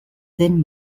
den